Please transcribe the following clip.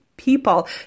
People